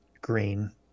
green